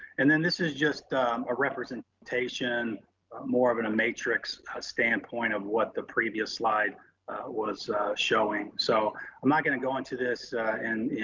and then this is just a representation more of a matrix, a standpoint of what the previous slide was showing. so i'm not gonna go into this in